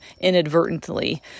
inadvertently